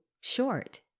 short